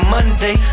Monday